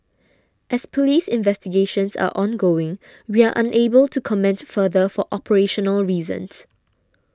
as Police investigations are ongoing we are unable to comment further for operational reasons